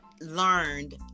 learned